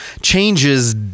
changes